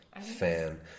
fan